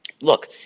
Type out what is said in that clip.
look